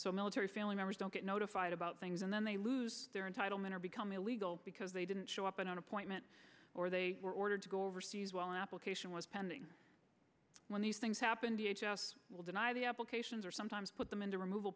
so military family members don't get notified about things and then they lose their entitlement or become illegal because they didn't show up at an appointment or they were ordered to go overseas while application was pending when these things happened the h s will deny the applications or sometimes put them into removal